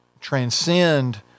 transcend